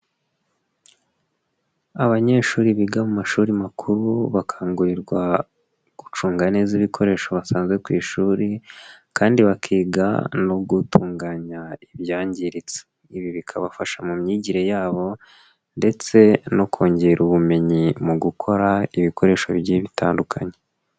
Abanyeshuri biga mu mashuri makuru, bakangurirwa gucunga neza ibikoresho basanze ku ishuri kandi bakiga no gutunganya ibyangiritse. Ibi bikabafasha mu myigire yabo ndetse no kongera ubumenyi mu gukora ibikoresho bigiye bitandukanye.